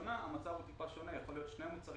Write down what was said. בראשונה המצב קצת שונה יכולים להיות שני מוצרים